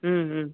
ம் ம்